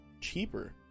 cheaper